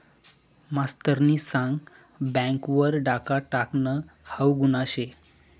मास्तरनी सांग बँक वर डाखा टाकनं हाऊ गुन्हा शे